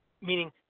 meaning